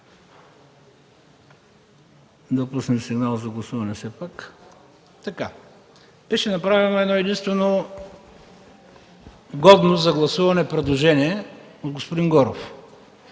Беше направено едно-единствено годно за гласуване предложение – от господин Горов.